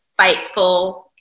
fightful